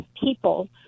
people